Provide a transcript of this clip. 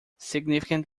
significant